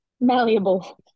Malleable